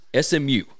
SMU